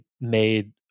made